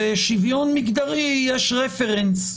ולגבי שוויון מגדרי יש רפרנס.